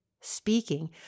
speaking